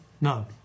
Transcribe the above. no